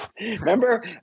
Remember